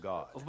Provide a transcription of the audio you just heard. God